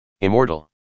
Immortal